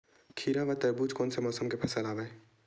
खीरा व तरबुज कोन से मौसम के फसल आवेय?